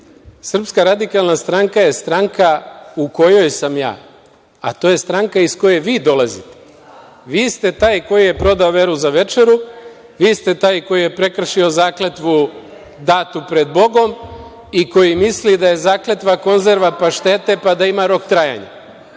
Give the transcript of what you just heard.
Srpska radikalna stranka je stranka u kojoj sam ja, a to je stranka iz koje vi dolazite. Vi ste taj koji je prodao veru za večeru, vi ste taj koji je prekršio zakletvu datu pred Bogom i koji misli da je zakletva konzerva paštete pa da ima rok trajanja. Druga